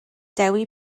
dewi